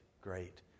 great